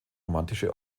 romantische